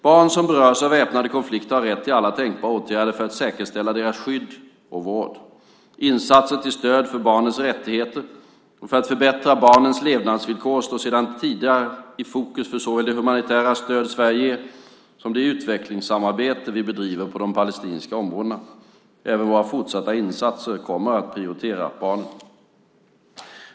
Barn som berörs av väpnade konflikter har rätt till alla tänkbara åtgärder för att deras skydd och vård ska säkerställas. Insatser till stöd för barnens rättigheter och för att förbättra barnens levnadsvillkor står sedan tidigare i fokus för såväl det humanitära stöd Sverige ger som det utvecklingssamarbete som vi bedriver på de palestinska områdena. Även våra fortsatta insatser kommer att prioritera barnen.